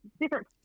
different